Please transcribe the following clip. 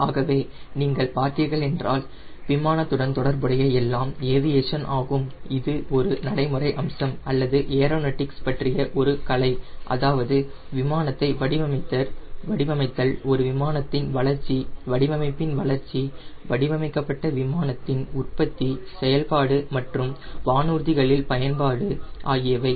ஆகவே நீங்கள் பார்த்தீர்கள் என்றால் விமானத்துடன் தொடர்புடைய எல்லாம் ஏவியேஷன் ஆகும் இது ஒரு நடைமுறை அம்சம் அல்லது ஏரோநாட்டிக்ஸ் பற்றிய ஒரு கலை அதாவது விமானத்தை வடிவமைத்தல் ஒரு விமானத்தின் வளர்ச்சி வடிவமைப்பின் வளர்ச்சி வடிவமைக்கப்பட்ட விமானத்தின் உற்பத்தி செயல்பாடு மற்றும் வானூர்திகளில் பயன்பாடு ஆகியவை